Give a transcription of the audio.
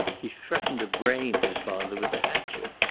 he threatened to brain his father with the hatchet.